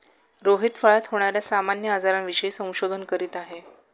रोहित फळात होणार्या सामान्य आजारांविषयी संशोधन करीत आहे